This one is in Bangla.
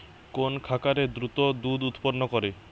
কোন খাকারে দ্রুত দুধ উৎপন্ন করে?